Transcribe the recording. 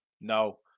No